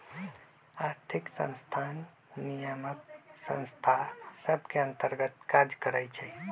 आर्थिक संस्थान नियामक संस्था सभ के अंतर्गत काज करइ छै